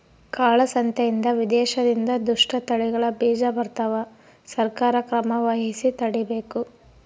ಕಾಳ ಸಂತೆಯಿಂದ ವಿದೇಶದಿಂದ ದುಷ್ಟ ತಳಿಗಳ ಬೀಜ ಬರ್ತವ ಸರ್ಕಾರ ಕ್ರಮವಹಿಸಿ ತಡೀಬೇಕು